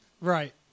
Right